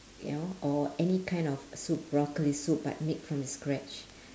you know or any kind of soup broccoli soup but made from the scratch